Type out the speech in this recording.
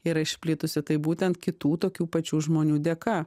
yra išplitusi tai būtent kitų tokių pačių žmonių dėka